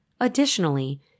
Additionally